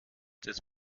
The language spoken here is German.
des